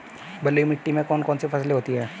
बलुई मिट्टी में कौन कौन सी फसलें होती हैं?